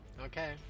Okay